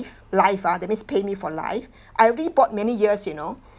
life ah that means pay me for life I already bought many years you know